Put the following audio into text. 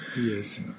Yes